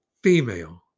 female